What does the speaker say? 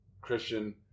Christian